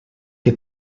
que